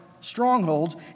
strongholds